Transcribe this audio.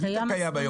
עזבי את הקיים היום.